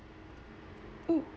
um